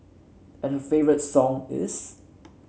and her favourite song is